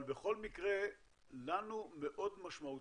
בכל מקרה לנו מאוד משמעותי,